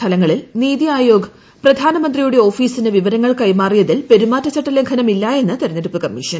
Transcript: സ്ഥലങ്ങളിൽ നിതിആയോഗ് പ്രധാനമന്ത്രിയുടെ ഓഫീസിന് വിവരങ്ങൾ കൈമാറിയതിൽ പെരുമാറ്റച്ചട്ട ലംഘനം ഇല്ലായെന്ന് തെരഞ്ഞെടുപ്പ് കമ്മീഷൻ